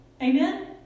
Amen